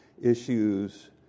issues